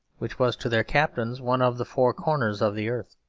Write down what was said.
which was to their captains one of the four corners of the earth.